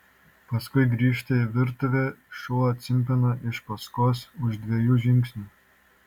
paskui grįžta į virtuvę šuo cimpina iš paskos už dviejų žingsnių